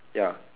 ya